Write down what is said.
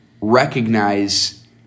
recognize